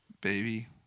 baby